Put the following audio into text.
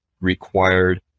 required